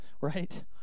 right